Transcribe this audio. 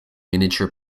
miniature